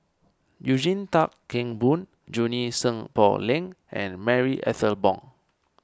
Eugene Tan Kheng Boon Junie Sng Poh Leng and Marie Ethel Bong